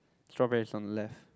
strawberry is on left